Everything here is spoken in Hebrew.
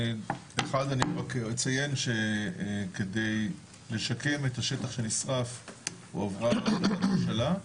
אחד אציין שכדי לשקם את השטח שנשרף הועברה החלטת ממשלה.